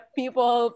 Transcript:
people